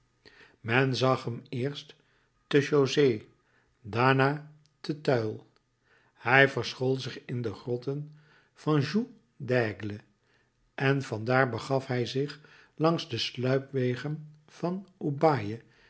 men zag hem eerst te jauziers daarna te tuiles hij verschool zich in de grotten van joug de l'aigle en van daar begaf hij zich langs de sluipwegen van